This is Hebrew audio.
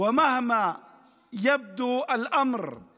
כמה שהמצב נראה רע,